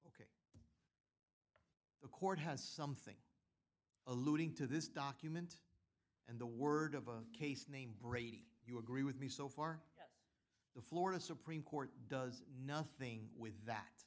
think the court has something alluding to this document and the word of a case named brady you agree with me so far yes the florida supreme court does nothing with that